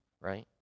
right